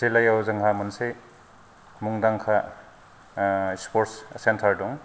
जिल्लायाव जोंहा मोनसे मुंदांखा स्फर्स सेन्टार दं